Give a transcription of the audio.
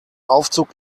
aufzug